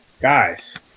guys